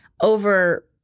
over